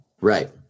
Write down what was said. Right